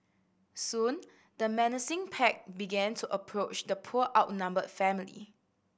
soon the menacing pack began to approach the poor outnumbered family